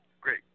Great